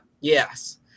yes